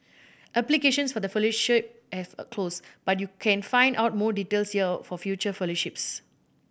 applications for the fellowship have closed but you can find out more details here for future fellowships